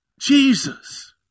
Jesus